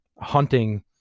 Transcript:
hunting